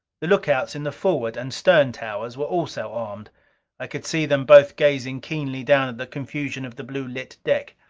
the lookouts in the forward and stern towers were also armed i could see them both gazing keenly down at the confusion of the blue lit deck.